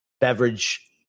beverage